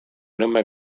nõmme